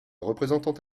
représentante